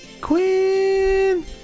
Quinn